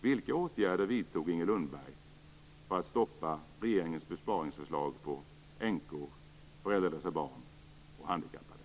Vilka åtgärder vidtog Inger Lundberg för att stoppa regeringens besparingsförslag när det gäller änkor, föräldralösa barn och handikappade?